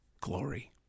glory